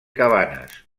cabanes